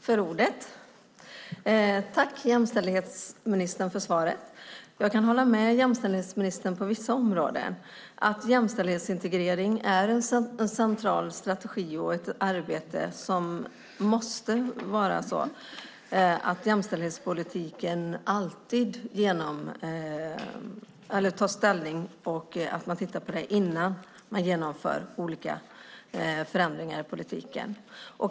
Fru talman! Jag tackar jämställdhetsministern för svaret. På vissa områden kan jag hålla med jämställdhetsministern. Jämställdhetsintegrering är en central strategi och ett arbete som måste vara sådant att man tar ställning och tittar på detta innan man genomför olika förändringar i politiken.